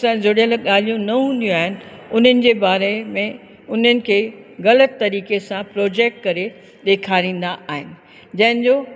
सां जुड़ियल ॻाल्हियूं न हूंदियूं आहिनि उन्हनि जे बारे में उन्हनि खे ग़लति तरीक़े सां प्रोजेक्ट करे ॾेखारींदा आहिनि जंहिं जो